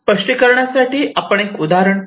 स्पष्टीकरणा साठी आपण एक उदाहरण पाहू